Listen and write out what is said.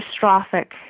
catastrophic